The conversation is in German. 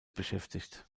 beschäftigt